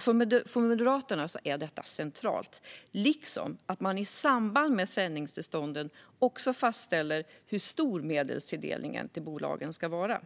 För Moderaterna är detta centralt, liksom att man i samband med sändningstillstånden fastställer hur stor medelstilldelningen till bolagen ska vara.